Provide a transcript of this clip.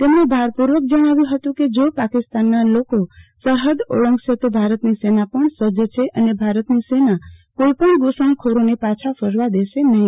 તેમણે ભારપુર્વક જણાવ્યુ હતું કે જો પાકિસ્તાનના લોકો સરહદ ઓળંગશે તો ભારતની સેના પણ સજ્જ છે અને ભારતની સેના કોઈ પણ ધુસણખોરને પાછા ફરવા દેશે નહી